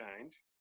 change